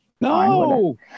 No